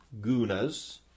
gunas